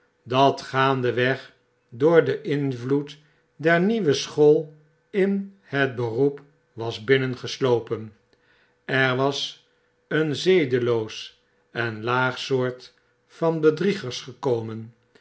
dat gaandeweg door den invloed der nieuwe school in het beroep was binnengeslopen er was een zedeioos en laag soort van bedriegers gekomen